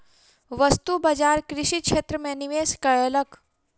वस्तु बजार कृषि क्षेत्र में निवेश कयलक